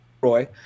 Roy